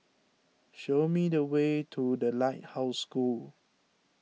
show me the way to the Lighthouse School